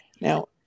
Now